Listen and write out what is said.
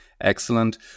Excellent